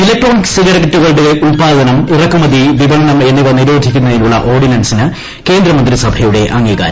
electronic സിഗരറ്റുകളുടെ ഉല്പാദനം ഇറക്കുമതി വിപണനം എന്നിവ നിരോധിക്കുന്നതിനുള്ള ഓർഡ്ടിനൻസിന് കേന്ദ്രമന്ത്രിസഭയുടെ അംഗീകാരം